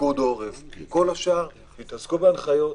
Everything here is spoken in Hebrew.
ופיקוד העורף, כי כל השאר יתעסקו בהנחיות,